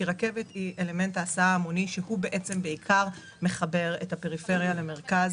כי רכבת היא אלמנט ההסעה ההמוני שמחבר את הפריפריה למרכז.